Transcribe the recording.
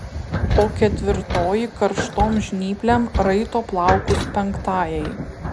o ketvirtoji karštom žnyplėm raito plaukus penktajai